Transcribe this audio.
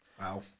Wow